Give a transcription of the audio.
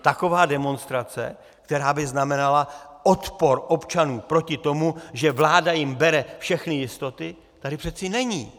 Taková demonstrace, která by znamenala odpor občanů proti tomu, že vláda jim bere všechny jistoty, tady přeci není.